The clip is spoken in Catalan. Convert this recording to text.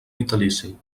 vitalici